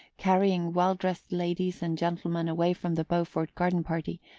carrying well-dressed ladies and gentlemen away from the beaufort garden-party,